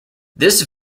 this